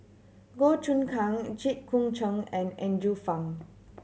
Goh Choon Kang Jit Koon Ch'ng and Andrew Phang